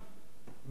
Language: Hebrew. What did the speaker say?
ויקי וענונו.